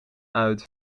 uit